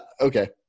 okay